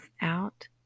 out